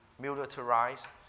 militarize